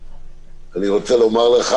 אני רוצה לומר לך: